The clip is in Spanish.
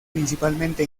principalmente